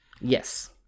Yes